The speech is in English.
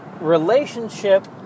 relationship